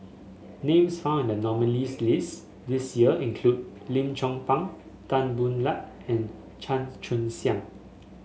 names found in the nominees' list this year include Lim Chong Pang Tan Boo Liat and Chan Chun Sing